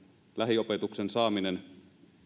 lähiopetuksen saaminen